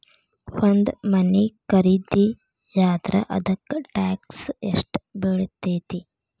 ಒಂದ್ ಮನಿ ಖರಿದಿಯಾದ್ರ ಅದಕ್ಕ ಟ್ಯಾಕ್ಸ್ ಯೆಷ್ಟ್ ಬಿಳ್ತೆತಿ?